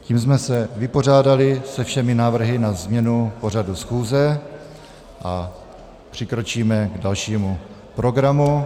Tím jsme se vypořádali se všemi návrhy na změnu pořadu schůze a přikročíme k dalšímu programu.